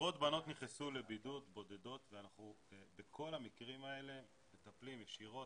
עשרות בנות בודדות נכנסו לבידוד ואנחנו בכל המקרים האלה מטפלים ישירות,